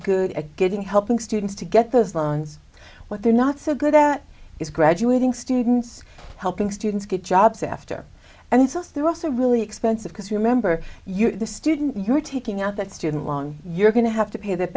good at getting helping students to get those loans what they're not so good at is graduating students helping students get jobs after and it's just they're also really expensive because remember you're the student you're taking out that student loan you're going to have to pay that